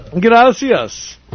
Gracias